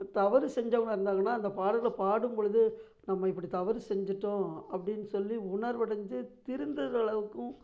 தவறு செஞ்சவங்களா இருந்தாங்கன்னால் அந்த பாடல்களை பாடும்பொழுது நம்ம இப்படி தவறு செஞ்சுட்டோம் அப்படின்னு சொல்லி உணர்வடைஞ்சி திருந்துகிற அளவுக்கும்